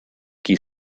qui